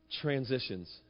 transitions